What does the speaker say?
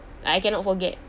I cannot forget